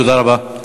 תודה רבה.